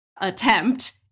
attempt